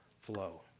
flow